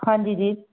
ਹਾਂਜੀ ਜੀ